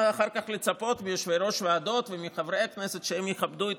מה אחר כך לצפות מיושבי-ראש ועדות וחברי הכנסת שהם יכבדו את